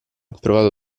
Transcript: provato